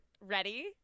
ready